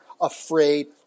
afraid